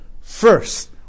First